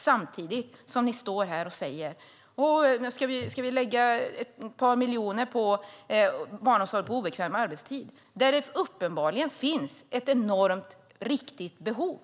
Samtidigt står ni här och undrar om vi ska lägga ett par miljoner på barnomsorg på obekväm arbetstid, där det uppenbarligen finns ett enormt, riktigt behov.